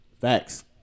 Facts